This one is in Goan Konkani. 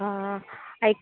आं आयक